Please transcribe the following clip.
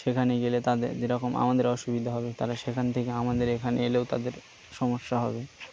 সেখানে গেলে তাদের যেরকম আমাদের অসুবিধা হবে তারা সেখান থেকে আমাদের এখানে এলেও তাদের সমস্যা হবে